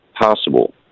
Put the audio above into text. possible